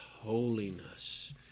holiness